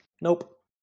Nope